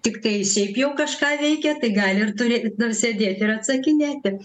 tiktai šiaip jau kažką veikia tai gali ir turė sėdėti ir atsakinėti